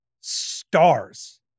stars